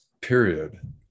period